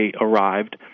arrived